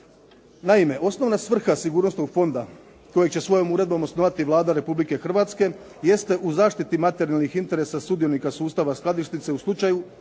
Naime, osnovna svrha sigurnosnog fonda kojeg će svojom uredbom osnovati Vlada Republike Hrvatske jeste u zaštiti materijalnih interesa sudionika sustava skladišnice u slučaju